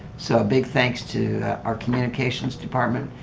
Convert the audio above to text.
so big thanks to our communications department.